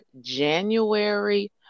January